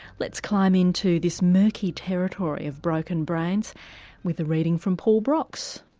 let's climb into this murky territory of broken brains with a reading from paul broks.